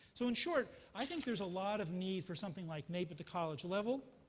so in short, i think there's a lot of need for something like naep at the college level.